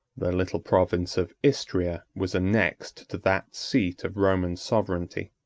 the little province of istria was annexed to that seat of roman sovereignty.